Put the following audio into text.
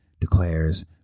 declares